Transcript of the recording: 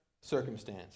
circumstance